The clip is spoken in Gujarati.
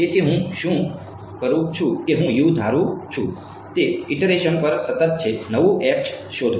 તેથી હું શું કરું છું કે હું ધારું છું કે તે ઇટરેશન પર સતત છે નવું શોધો